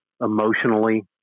emotionally